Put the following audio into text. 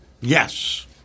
Yes